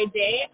day